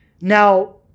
Now